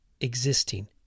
existing